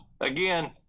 Again